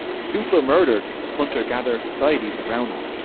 super murdered the hunter-gatherer societies around them.